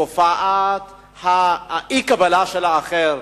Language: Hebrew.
תופעת האי-קבלה של האחר,